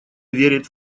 верит